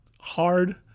hard